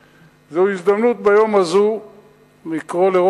זוהי הזדמנות ביום הזה לקרוא לראש הממשלה,